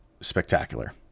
spectacular